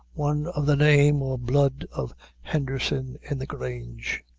one of the name or blood of henderson in the grange.